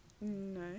No